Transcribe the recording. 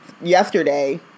yesterday